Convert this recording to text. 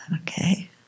Okay